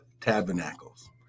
Tabernacles